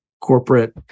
corporate